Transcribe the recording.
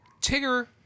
Tigger